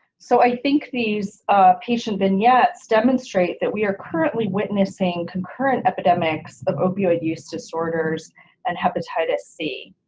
so i think these patient vignettes demonstrate that we are currently witnessing concurrent epidemics of opioid use disorder and hepatitis c.